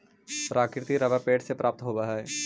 प्राकृतिक रबर पेड़ से प्राप्त होवऽ हइ